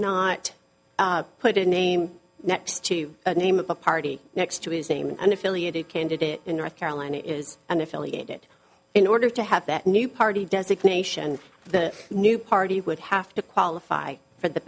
not put a name next to the name of the party next to his name and affiliated candidate in north carolina is an affiliated in order to have that new party designation the new party would have to qualify for the